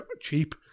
cheap